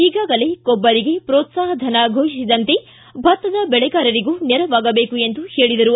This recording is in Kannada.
ಈಗಾಗಲೇ ಕೊಬ್ಬರಿಗೆ ಪೋತ್ಲಾಹಧನ ಘೋಷಿಸಿದಂತೆ ಭತ್ತದ ಬೆಳೆಗಾರರಿಗೂ ನೆರವಾಗಬೇಕು ಎಂದು ಹೇಳಿದರು